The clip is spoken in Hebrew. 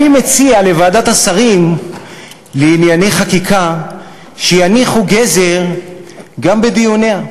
אני מציע לוועדת השרים לענייני חקיקה להניח גזר גם בדיוניה,